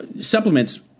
supplements